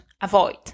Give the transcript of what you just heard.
avoid